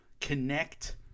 connect